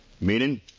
Meaning